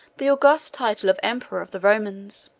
the august title of emperor of the romans.